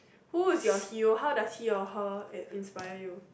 who is your hero how does he or her inspire you